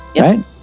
right